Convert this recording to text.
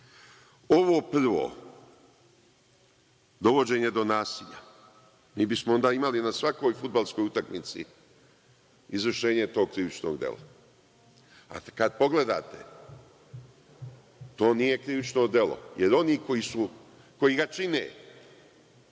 prvo, dovođenje do nasilja, mi bismo onda imali na svakoj fudbalskoj utakmici izvršenje tog krivičnog dela. Kad pogledate, to nije krivično delo, jer oni koji ga čine